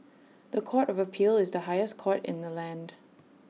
The Court of appeal is the highest court in the land